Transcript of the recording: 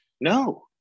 No